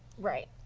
right.